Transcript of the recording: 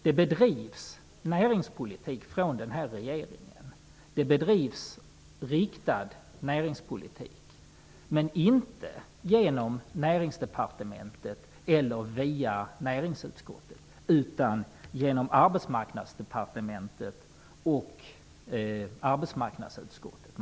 Det bedrivs näringspolitik, riktad näringspolitik, av den nuvarande regeringen, men inte genom Näringsdepartementet eller via näringsutskottet utan genom Arbetsmarknadsdepartementet och arbetsmarknadsutskottet.